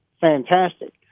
fantastic